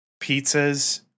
pizzas